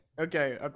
Okay